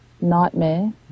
nightmare